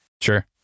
Sure